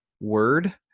word